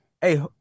Hey